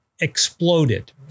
exploded